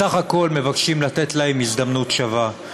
בסך הכול מבקשים לתת להם הזדמנות שווה.